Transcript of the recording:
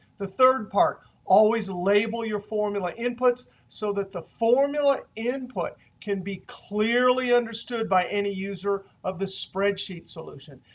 the third part always label your formula inputs, so that the formula input can be clearly understood by any user of the spreadsheet solution.